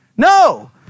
No